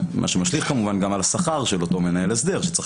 מה שמשליך כמובן גם על השכר של אותו מנהל הסדר שצריך